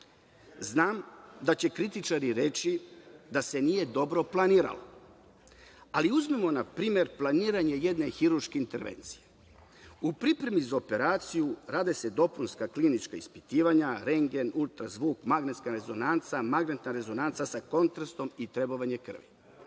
da će kritičari reći da se nije dobro planiralo, ali uzmimo, na primer, planiranje jedne hirurške intervencije. U pripremi za operaciju rade se dopunska klinička ispitivanja, rendgen, ultrazvuk, magnetna rezonanca, magnetna rezonanca sa kontrastom i trebovanje krvi.